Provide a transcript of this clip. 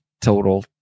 total